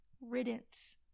riddance